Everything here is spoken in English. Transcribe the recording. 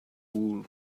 wool